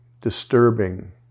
disturbing